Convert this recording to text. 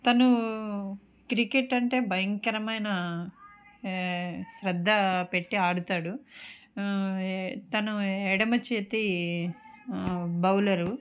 తను క్రికెట్ అంటే భయంకరమైన ఏ శ్రద్ద పెట్టి ఆడుతారు తన ఎడమచేతి బౌలరు